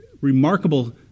remarkable